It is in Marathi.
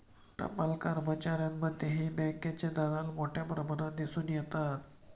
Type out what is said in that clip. टपाल कार्यालयांमध्येही बँकेचे दलाल मोठ्या प्रमाणात दिसून येतात